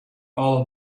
all